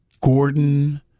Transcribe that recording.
Gordon